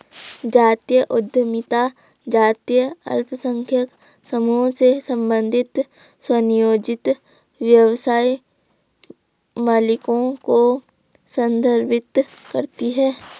जातीय उद्यमिता जातीय अल्पसंख्यक समूहों से संबंधित स्वनियोजित व्यवसाय मालिकों को संदर्भित करती है